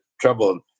trouble